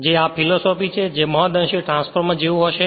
જે આ ફિલોસોફી છે જે મહદ અંશે ટ્રાન્સફોર્મર જેવું હશે